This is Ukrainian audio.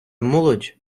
молодь